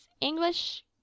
English